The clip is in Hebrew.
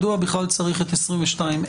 מדוע בכלל צריך את 220ה(א),